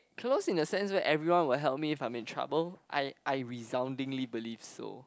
close in a sense where everyone will help me if I'm in trouble I I resoundingly believe so